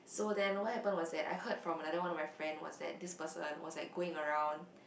so then what happened was that I heard from another one of my friend was that this person was like going around